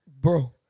bro